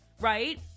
right